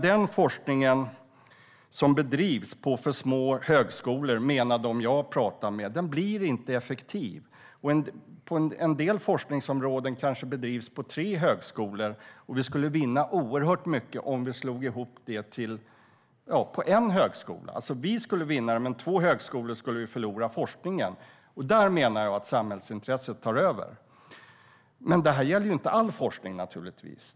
Den forskning som bedrivs på för små högskolor blir inte effektiv, menar de jag har pratat med. En del forskningsområden kanske bedrivs på tre högskolor, och vi skulle vinna oerhört mycket om vi slog ihop det på en högskola. Vi skulle vinna på det, men två högskolor skulle förlora forskningen. Där menar jag att samhällsintresset tar över. Det gäller dock inte all forskning, naturligtvis.